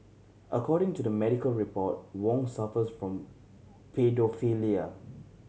according to the medical report Wong suffers from paedophilia